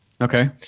Okay